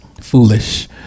foolish